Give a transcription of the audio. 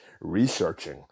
researching